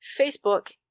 Facebook